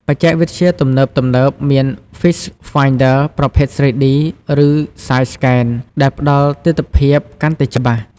បច្ចេកវិទ្យាទំនើបៗមាន Fish Finder ប្រភេទ 3D ឬ Side-scan ដែលផ្តល់ទិដ្ឋភាពកាន់តែច្បាស់។